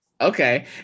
Okay